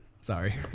sorry